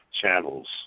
channels